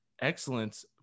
excellence